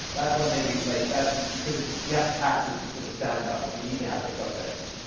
that's one thing we, like that's because you have to tap to to put the sound on, so you need to have those subtitles.